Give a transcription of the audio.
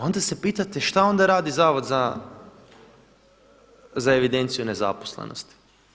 Onda se pitate šta onda radi Zavod za evidenciju nezaposlenosti.